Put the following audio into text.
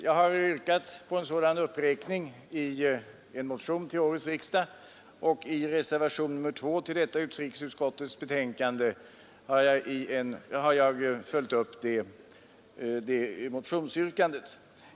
Jag har yrkat på en sådan uppräkning i en motion till årets riksdag, och i reservationen 2 till utrikesutskottets betänkande har jag följt upp motionsyrkandet.